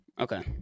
Okay